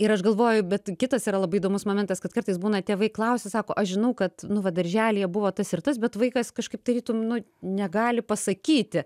ir aš galvoju bet kitas yra labai įdomus momentas kad kartais būna tėvai klausia sako aš žinau kad nu va darželyje buvo tas ir tas bet vaikas kažkaip tarytum nu negali pasakyti